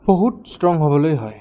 বহুত ষ্ট্ৰং হ'বলৈ হয়